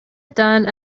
done